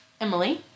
emily